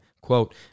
quote